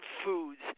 foods